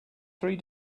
three